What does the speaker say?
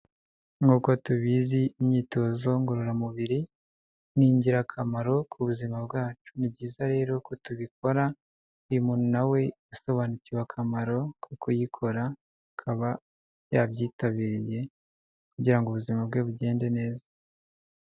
Nkuko tubizi imyitozo ngororamubiri ni ingirakamaro ku buzima bwacu ni byiza rero ko tubikora uyu muntu nawe asobanukiwe akamaro ko kuyikora akaba yabyitabiriye kugira ngo ubuzima bwe bugende neza.